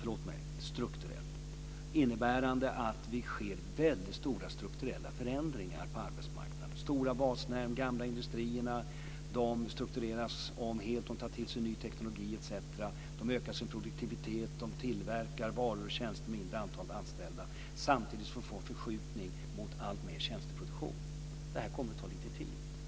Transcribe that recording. Det innebär att det sker stora strukturell förändringar på arbetsmarknaden. De stora basnäringarna och de gamla industrierna struktureras om helt. De tar till sig ny teknologi etc. De ökar sin produktivitet och de tillverkar varor och tjänster med ett mindre antal anställda. Samtidigt får vi en förskjutning mot alltmer av tjänsteproduktion. Detta kommer att ta lite tid.